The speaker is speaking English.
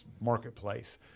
marketplace